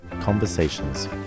conversations